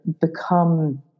become